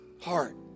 heart